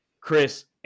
Chris